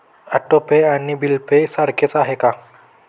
Auto pay आणि bill pay सारखेच आहे का?